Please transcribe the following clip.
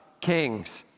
kings